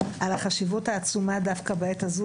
על החשיבות העצומה דווקא בעת הזאת,